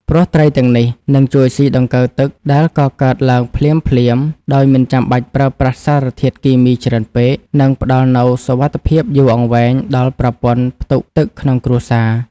ព្រោះត្រីទាំងនេះនឹងជួយស៊ីដង្កូវទឹកដែលកកើតឡើងភ្លាមៗ ដោយមិនចាំបាច់ប្រើប្រាស់សារធាតុគីមីច្រើនពេក និងផ្តល់នូវសុវត្ថិភាពយូរអង្វែងដល់ប្រព័ន្ធផ្ទុកទឹកក្នុងគ្រួសារ។